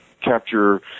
capture